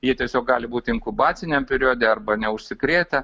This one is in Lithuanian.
jie tiesiog gali būti inkubaciniam periode arba neužsikrėtę